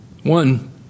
One